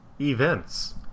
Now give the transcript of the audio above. events